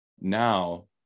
now